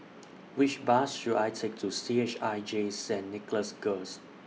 Which Bus should I Take to C H I J Saint Nicholas Girls